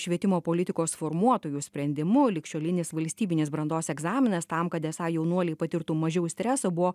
švietimo politikos formuotojų sprendimu ligšiolinis valstybinis brandos egzaminas tam kad esą jaunuoliai patirtų mažiau streso buvo